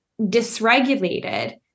dysregulated